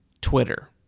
Twitter